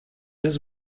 his